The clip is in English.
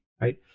right